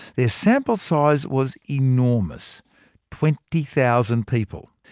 their sample size was enormous twenty thousand people.